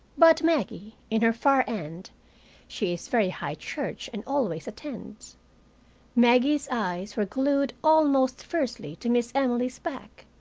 but maggie, in her far end she is very high church and always attends maggie's eyes were glued almost fiercely to miss emily's back.